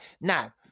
Now